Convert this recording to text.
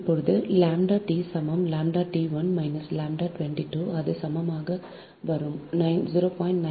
இப்போது λ T சமம் λ T 1 minus λ 2 2 அது சமமாக வரும் 0